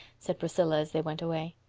said priscilla as they went away.